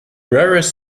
rarest